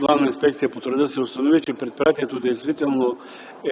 Главна инспекция по труда се установи, че предприятието действително